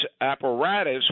apparatus